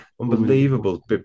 unbelievable